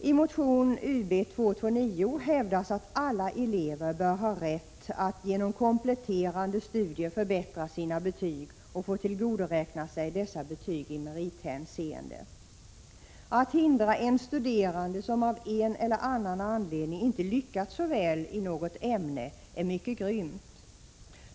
I motion Ub229 hävdas att alla elever bör ha rätt att genom kompletterande studier förbättra sina betyg och få tillgodoräkna sig dessa betyg i merithänseende. Att hindra en studerande som av en eller annan anledning inte lyckats så väl i något ämne är mycket grymt.